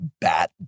bat